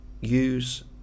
use